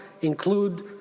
include